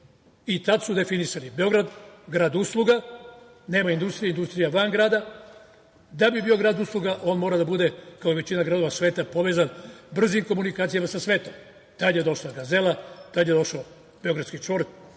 Tad su definisani Beograd grad usluga, nema industrije, industrija van grada. Da bi bio grad usluga on mora da bude kao i većina gradova sveta povezan brzim komunikacijama sa svetom. Tad je došla „Gazela“, tad je došao „Beogradski čvor“,